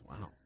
wow